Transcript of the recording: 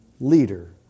leader